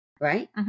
right